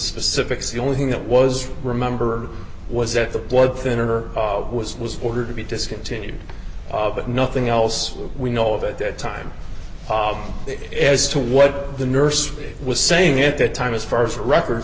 specifics the only thing that was remember was that the blood thinner was was ordered to be discontinued but nothing else we know of at that time it as to what the nurse was saying at that time as far as records